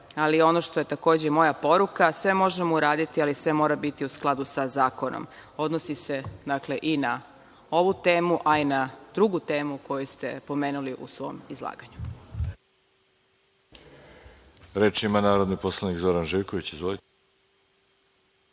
ali ono što je takođe moja poruka, sve možemo uraditi, ali sve mora biti u skladu sa zakonom. Odnosi se, dakle, i na ovu temu, a i na drugu temu koju ste pomenuli u svom izlaganju.